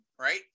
right